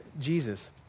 Jesus